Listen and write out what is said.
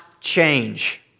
change